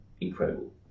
incredible